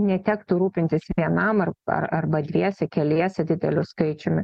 netektų rūpintis vienam ar ar arba dviese keliese dideliu skaičiumi